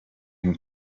him